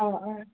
اَوا آ